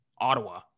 Ottawa